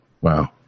wow